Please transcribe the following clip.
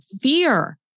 Fear